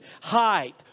height